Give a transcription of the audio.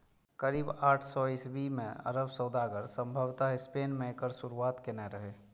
करीब आठ सय ईस्वी मे अरब सौदागर संभवतः स्पेन मे एकर शुरुआत केने रहै